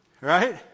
right